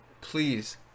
please